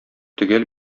төгәл